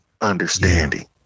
understanding